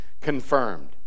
confirmed